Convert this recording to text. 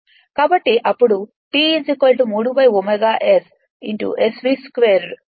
కాబట్టి అప్పుడు T 3 ω S S v 2 r2' ను పొందుతాము